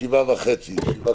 הישיבה